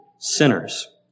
sinners